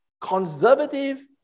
conservative